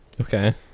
Okay